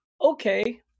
okay